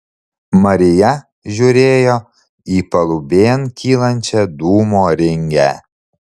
marija žiūrėjo į palubėn kylančią dūmo ringę